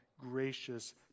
gracious